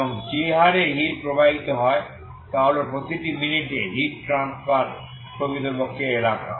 এবং যে হারে এই হিট প্রবাহিত হয় তা হল প্রতি মিনিটে হিট ট্রান্সফার প্রকৃতপক্ষে এলাকা